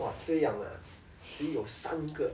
!wah! 这样啊只有三个